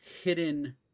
hidden